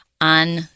on